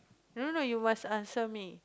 no no no you must answer me